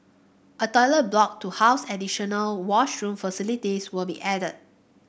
a toilet block to house additional washroom facilities will be added